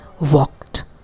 walked